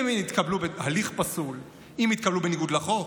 אם הן התקבלו בתהליך פסול, אם התקבלו בניגוד לחוק,